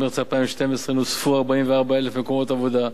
במרס 2012 נוספו 44,000 מקומות עבודה,